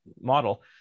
model